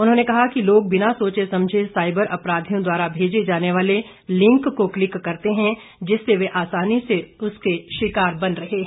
उन्होंने कहा कि लोग बिना सोचे समझे साईबर अपराधियों द्वारा भेजे जाने वाले लिंक को क्लिक करते हैं जिससे वे आसानी से उनके शिकार बन रहे हैं